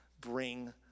bring